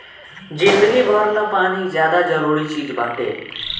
जिंदगी भर ला पानी ज्यादे जरूरी चीज़ बाटे